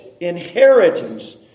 inheritance